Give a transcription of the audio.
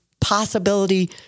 possibility